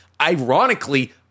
ironically